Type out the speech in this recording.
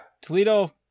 Toledo